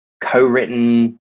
co-written